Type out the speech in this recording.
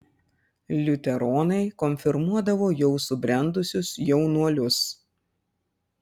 liuteronai konfirmuodavo jau subrendusius jaunuolius